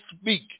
speak